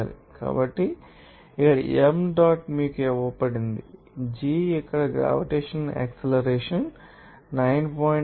కాబట్టి ఇక్కడ m dot మీకు ఇవ్వబడింది g ఇక్కడ గ్రావిటేషన్ యాక్సిలరేషన్ 9